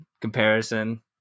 comparison